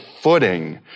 footing